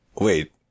Wait